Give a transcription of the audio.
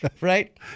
Right